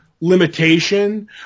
limitation